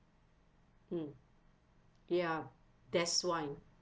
mm ya that's why